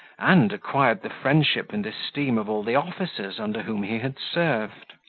and, acquired the friendship and esteem of all the officers under whom he had served.